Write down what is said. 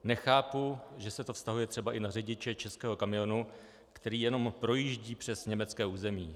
Nechápu, že se to vztahuje třeba i na řidiče českého kamionu, který jenom projíždí přes německé území.